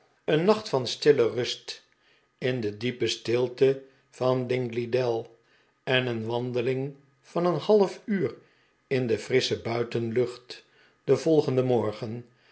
een nacht van zachte rust in de diepe stilte van dingley dell en een wandeling van een half uur in de frissche buitenlucht den volgenden morgen